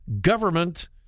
Government